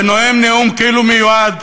ונואם נאום כאילו מיועד